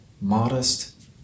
modest